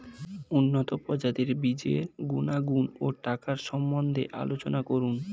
উন্নত প্রজাতির বীজের গুণাগুণ ও টাকার সম্বন্ধে আলোচনা করুন